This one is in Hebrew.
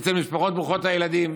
אצל המשפחות ברוכות הילדים.